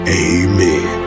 amen